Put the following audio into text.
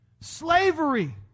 Slavery